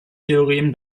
theorem